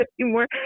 anymore